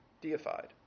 deified